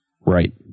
Right